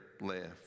left